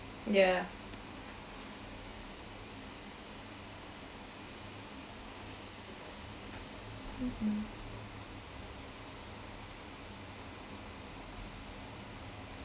yeah mmhmm